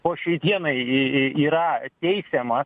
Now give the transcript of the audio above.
po šiai dienai į į yra teisiamas